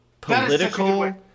political